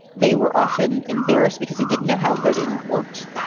they were often embarrassed because they didn't know how voting worked,